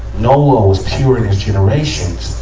noah was pure in his generations,